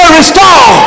Restore